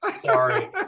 sorry